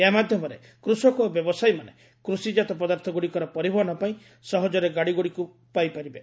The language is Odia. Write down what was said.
ଏହା ମାଧ୍ୟମରେ କୃଷକ ଓ ବ୍ୟବସାୟୀମାନେ କୃଷିକାତ ପଦାର୍ଥଗୁଡ଼ିକର ପରିବହନ ପାଇଁ ସହଜରେ ଗାଡ଼ିଗୁଡ଼ିକୁ ପାଇପାରିବେ